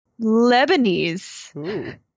Lebanese